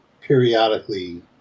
periodically